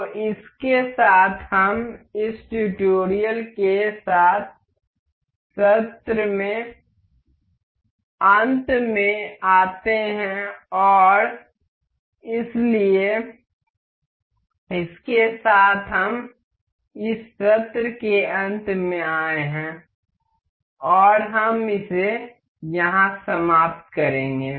तो इस के साथ हम इस ट्यूटोरियल के साथ सत्र के अंत में आते हैं और इसलिए इसके साथ हम इस सत्र के अंत में आ गए हैं और हम इसे यहां समाप्त करेंगे